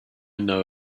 know